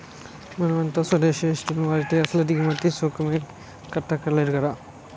మనమంతా స్వదేశీ వస్తువులు వాడితే అసలు దిగుమతి సుంకమే కట్టక్కర్లేదు కదా